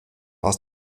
aus